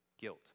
Guilt